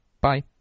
Bye